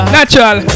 Natural